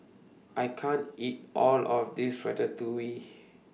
I can't eat All of This Ratatouille